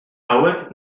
hauek